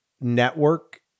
network